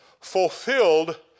fulfilled